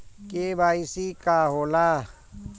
KYC का होला?